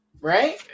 Right